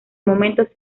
momentos